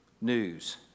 news